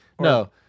No